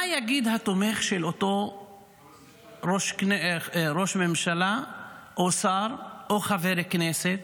מה יגיד התומך של אותו ראש ממשלה או שר או חבר כנסת,